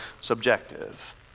subjective